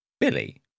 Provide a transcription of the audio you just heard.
Billy